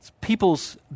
people's